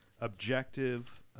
objective